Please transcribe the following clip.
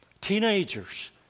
teenagers